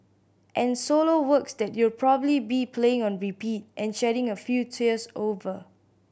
and solo works that you'll probably be playing on repeat and shedding a few tears over